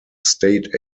state